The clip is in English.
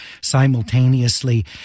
simultaneously